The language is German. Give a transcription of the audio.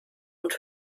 und